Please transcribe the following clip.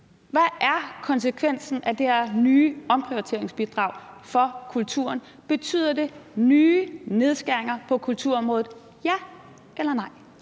Hvad er konsekvensen af det her nye omprioriteringsbidrag for kulturen? Betyder det nye nedskæringer på kulturområdet – ja eller nej?